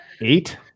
eight